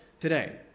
today